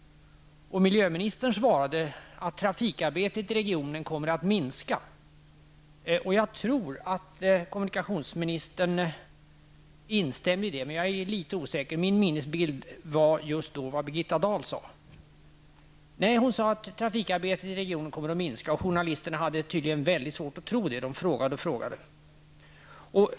Miljöministern svarade att trafikarbetet i regionen kommer att minska. Jag tror att kommunikationsministern instämde, men jag är litet osäker där. Min minnesbild är just av vad Birgitta Dahl sade, alltså att trafikarbetet i området kommer att minska. Journalisterna hade tydligen väldigt svårt att tro detta eftersom de fortsatte att ställa frågor.